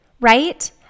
Right